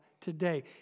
today